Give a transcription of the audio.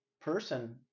person